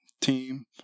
Team